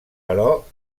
però